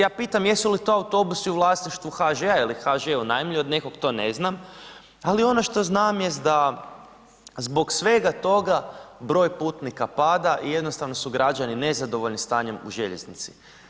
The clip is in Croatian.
Ja pitam jesu li to autobusi u vlasništvu HŽ-a ili ih HŽ unajmljuje od nekog, to ne znam, ali ono što znam jest da zbog svega toga broj putnika pada i jednostavno su građani nezadovoljni stanjem u željeznici.